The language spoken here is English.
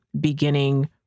beginning